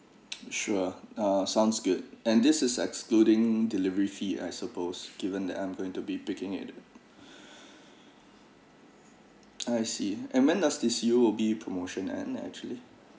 sure uh sounds good and this is excluding delivery fee I suppose given that I'm going to be picking it I see and when does this U_O_B promotion end actually